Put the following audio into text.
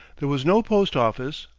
there was no post-office,